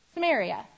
Samaria